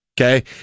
okay